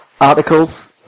articles